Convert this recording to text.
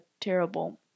terrible